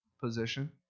position